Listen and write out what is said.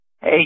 Hey